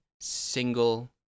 single